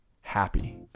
happy